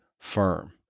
firm